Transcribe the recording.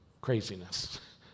Craziness